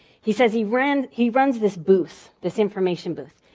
he says he run he run this booth, this information booth.